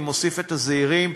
אני מוסיף את הזעירים,